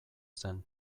zen